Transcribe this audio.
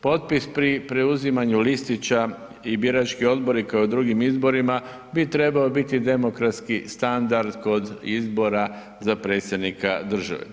Potpis pri uzimanju listića i birački odbori kao i drugim izborima bi trebao biti demokratski standard kod izbora za predsjednika države.